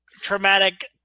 traumatic